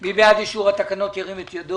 אין.